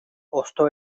hosto